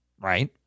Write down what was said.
right